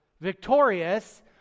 victorious